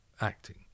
acting